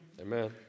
Amen